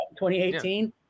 2018